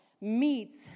meets